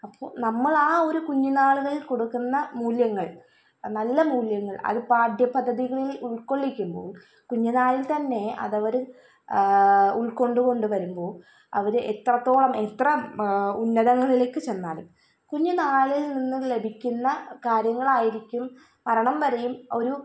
അപ്പോൾ നമ്മളാ ഒരു കുഞ്ഞു നാളുകളിൽ കൊടുക്കുന്ന മൂല്യങ്ങൾ നല്ല മൂല്യങ്ങൾ അത് പാഠ്യ പദ്ധതികളിൽ ഉൾകൊള്ളിക്കുമ്പോൾ കുഞ്ഞ്ന്നാളിൽ തന്നെ അതവര് ഉൾക്കൊണ്ട് കൊണ്ട് വരുമ്പോൾ അവര് എത്രത്തോളം എത്ര ഉന്നതങ്ങളിലേക്ക് ചെന്നാലും കുഞ്ഞുന്നാളിൽ നിന്നും ലഭിക്കുന്ന കാര്യങ്ങളായിരിക്കും മരണം വരെയും ഒരു